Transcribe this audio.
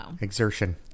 exertion